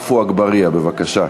עפו אגבאריה, בבקשה.